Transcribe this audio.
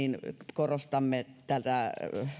korostamme tätä